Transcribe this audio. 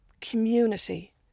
community